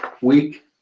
week